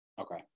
Okay